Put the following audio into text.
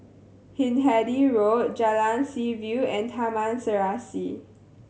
Hindhede Road Jalan Seaview and Taman Serasi